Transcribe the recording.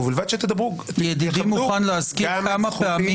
ובלבד שתדברו --- ידידי מוכן להזכיר כמה פעמים